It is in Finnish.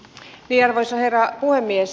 arvoisa herra puhemies